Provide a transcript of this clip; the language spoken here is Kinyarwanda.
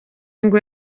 ngo